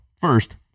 first